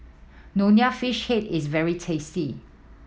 Nonya Fish Head is very tasty